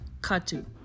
katu